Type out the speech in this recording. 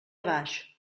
baix